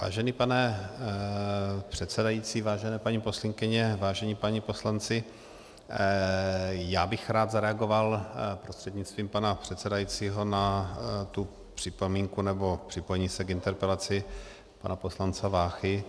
Vážený pane předsedající, vážené paní poslankyně, vážení páni poslanci, já bych rád zareagoval prostřednictvím pana předsedajícího na tu připomínku nebo připojení se k interpelaci pana poslance Váchy.